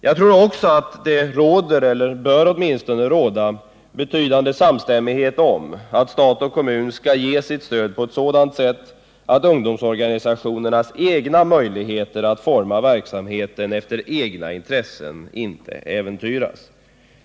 Jag tror också att det råder — det bör åtminstone göra det — betydande samstämmighet om att stat och kommun skall ge sitt stöd på ett sådant sätt att ungdomsorganisationernas möjligheter att forma verksamheten efter egna intressen inte äventyras.